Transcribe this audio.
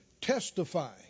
testifying